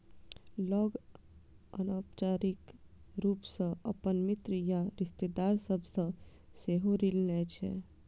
लोग अनौपचारिक रूप सं अपन मित्र या रिश्तेदार सभ सं सेहो ऋण लै छै